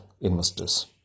investors